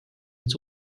its